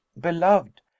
beloved